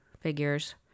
figures